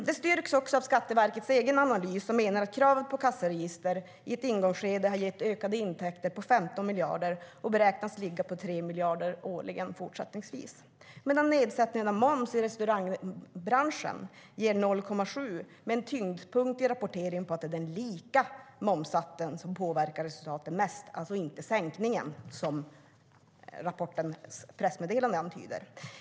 Det styrks också av Skatteverkets egen analys som menar att krav på kassaregister i ett ingångsskede har gett ökade intäkter med 15 miljarder och beräknas ligga på 3 miljarder årligen fortsättningsvis, medan nedsättningen av moms i restaurangbranschen beräknas ge 0,7 miljarder med tyngdpunkt i rapporteringen på att det är de lika momssatserna som påverkar resultaten mest och alltså inte sänkningen, som pressmeddelandet antyder.